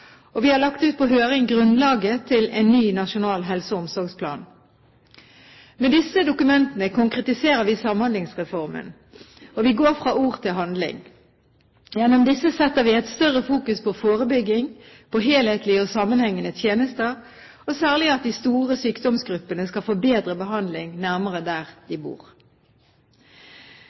gjør. Vi har lagt ut på høring grunnlaget for en ny nasjonal helse- og omsorgsplan. Med disse dokumentene konkretiserer vi Samhandlingsreformen, og vi går fra ord til handling. Gjennom disse fokuserer vi mer på forebygging, på helhetlige og sammenhengende tjenester og særlig på at de store sykdomsgruppene skal få bedre behandling nærmere der de bor.